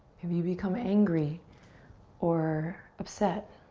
maybe you become angry or upset.